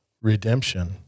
redemption